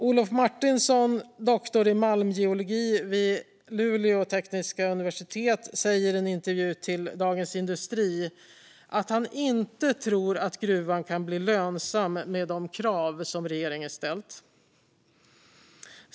Olof Martinsson, doktor i malmgeologi vid Luleå tekniska universitet, säger i en intervju i Dagens industri att han inte tror att gruvan kan bli lönsam med de krav som regeringen ställt.